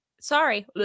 Sorry